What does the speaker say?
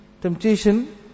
temptation